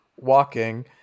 walking